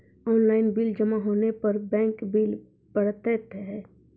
Online bill जमा होने पर बैंक बिल पड़तैत हैं?